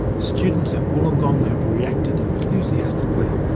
students at wollongong have reacted enthusiastically,